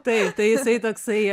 taip tai jisai toksai